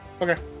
Okay